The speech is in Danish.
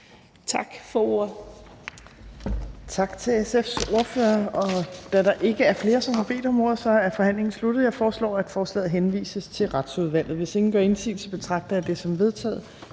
Tak for ordet.